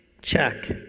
check